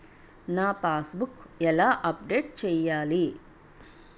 నా passbook ఎలా update చేయాలి?